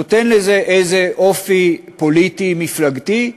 ניתן לזה איזה אופי פוליטי מפלגתי,